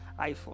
iPhone